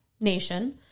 nation